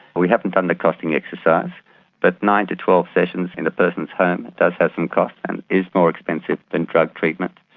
we haven't done the costing exercise but nine to twelve sessions in a person's home does have some cost and is more expensive than drug treatment.